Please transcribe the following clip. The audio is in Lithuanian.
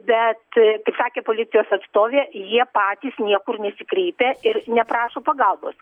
bet sakė policijos atstovė jie patys niekur nesikreipia ir neprašo pagalbos